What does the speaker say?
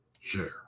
Share